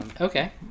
Okay